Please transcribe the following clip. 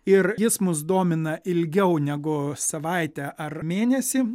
ir jis mus domina ilgiau negu savaitę ar mėnesį